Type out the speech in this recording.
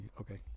okay